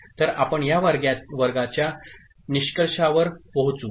तर आपण या वर्गाच्या निष्कर्षावर पोहोचू